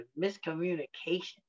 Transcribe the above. miscommunication